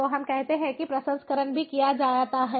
तो हम कहते हैं कि प्रसंस्करण भी किया जाता है